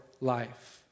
life